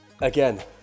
Again